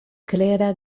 klera